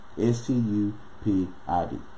s-t-u-p-i-d